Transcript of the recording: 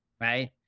right